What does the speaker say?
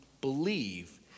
believe